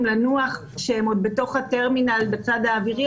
לנוח כשהם עוד בתוך הטרמינל בצד האווירי?